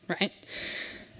right